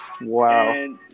Wow